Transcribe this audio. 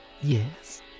Yes